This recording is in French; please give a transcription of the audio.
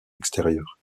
extérieure